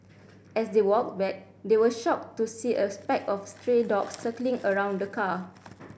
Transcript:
as they walked back they were shocked to see a spake of stray dogs circling around the car